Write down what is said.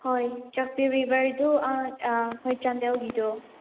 ꯍꯣꯏ ꯆꯛꯄꯤ ꯔꯤꯚꯔꯗꯨ ꯍꯣꯏ ꯆꯥꯟꯗꯦꯜꯒꯤꯗꯣ